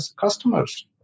customers